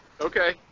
Okay